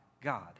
God